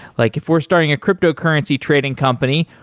like if we're starting a cryptocurrency trading company,